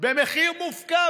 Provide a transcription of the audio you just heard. במחיר מופקע.